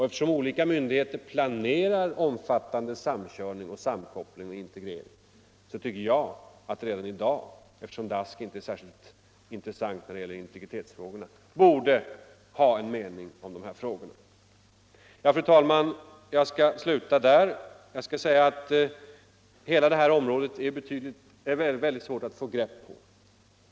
Eftersom olika myndigheter planerar omfattande samkörning, sammankoppling och integrering tycker jag att man redan i dag, med hänsyn till att DASK inte är särskilt intressant när det gäller integritetsfrågorna, borde ha en mening om de här frågorna. Fru talman! Hela det här området är väldigt svårt att få grepp om.